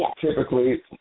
typically